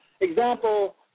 Example